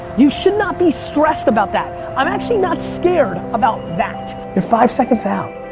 you should not be stressed about that. i'm actually not scared about that. you're five seconds out.